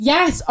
Yes